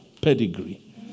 pedigree